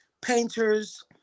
painters